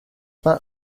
that